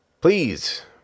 Please